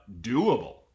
doable